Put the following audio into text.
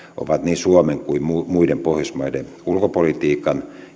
ovat niin suomen kuin muiden pohjoismaiden ulkopolitiikan